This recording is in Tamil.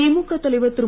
திமுக தலைவர் திரு